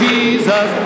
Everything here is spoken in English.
Jesus